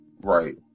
Right